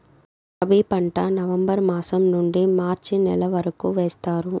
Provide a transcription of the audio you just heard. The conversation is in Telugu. రబీ పంట నవంబర్ మాసం నుండీ మార్చి నెల వరకు వేస్తారు